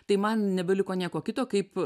tai man nebeliko nieko kito kaip